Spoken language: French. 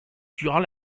durant